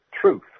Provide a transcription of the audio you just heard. truth